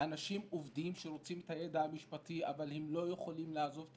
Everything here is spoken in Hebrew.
אנשים עובדים שרוצים את הידע המשפטים אבל הם לא יכולים לעזוב את